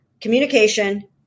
communication